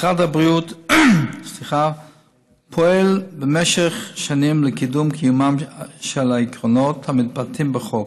משרד הבריאות פועל במשך שנים לקידום קיומם של העקרונות המתבטאים בחוק.